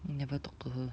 never talk to her